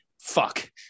fuck